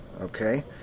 Okay